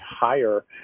higher